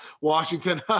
Washington